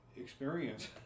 experience